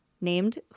named